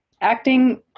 acting